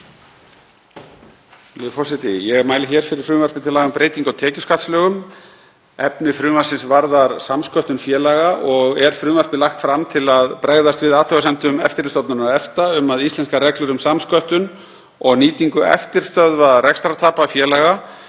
Ég mæli hér fyrir frumvarpi til laga um breytingu á tekjuskattslögum. Efni frumvarpsins varðar samsköttun félaga og er frumvarpið lagt fram til að bregðast við athugasemdum Eftirlitsstofnunar EFTA um að íslenskar reglur um samsköttun og nýtingu eftirstöðva rekstrartapa félaga